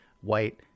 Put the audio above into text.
white